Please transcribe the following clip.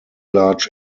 large